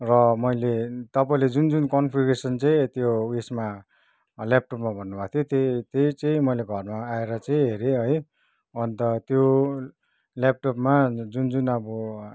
र मैले तपाईँले जुन जुन कनन्फिगरेसन चाहिँ त्यो उयसमा ल्यापटपमा भन्नु भएको थिय त्यही त्यही चाहिँ मैले घरमा आएर चाहिँ हेरेँ है अन्त त्यो ल्यापटपमा जुन जुन अब